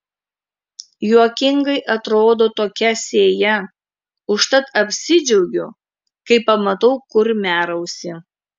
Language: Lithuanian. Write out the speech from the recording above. juokingai atrodo tokia sėja užtat apsidžiaugiu kai pamatau kurmiarausį